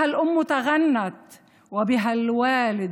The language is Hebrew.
אותה שרו האימהות והאבות